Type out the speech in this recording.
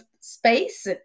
space